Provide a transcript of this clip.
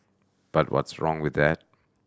but what's wrong with that